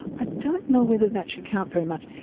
i don't know whether that should count very much.